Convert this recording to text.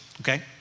okay